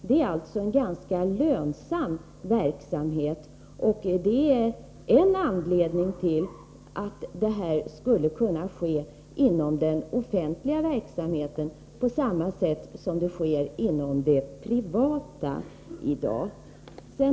Det är alltså en ganska lönsam verksamhet, och det är en anledning till att detta skulle kunna ske inom den offentliga vården på samma sätt som sker inom den privata i dag.